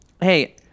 hey